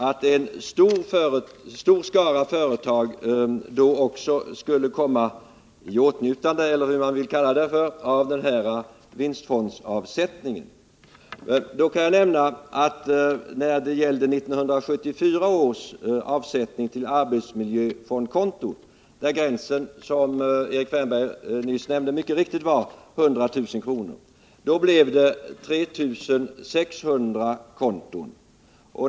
att en stor skara företag då också skulle komma i åtnjutande — eller vad man vill kalla det — av den vinstfondsavsättningen. Med anledning av detta kan jag nämna att när det gällde 1974 års avsättning till arbetsmiljöfondkonto, där gränsen som herr Wärnberg nyss nämnde mycket riktigt var 100 000 kr., blev det 3 600 konton.